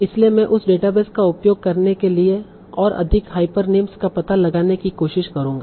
इसलिए मैं उस डेटाबेस का उपयोग करने के लिए और अधिक हाइपरनीम्स का पता लगाने की कोशिश करूंगा